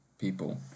people